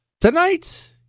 tonight